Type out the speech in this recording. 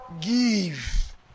give